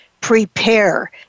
prepare